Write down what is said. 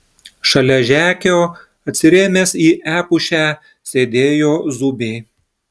šalia žekio atsirėmęs į epušę sėdėjo zubė